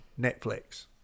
Netflix